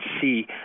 see